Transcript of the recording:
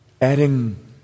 adding